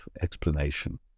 explanation